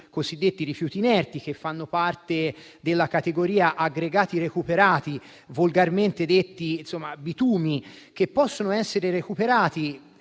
cosiddetti rifiuti inerti, che fanno parte della categoria aggregati recuperati, volgarmente detti bitumi, che possono essere recuperati